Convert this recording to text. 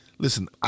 Listen